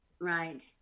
right